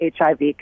HIV